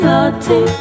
Naughty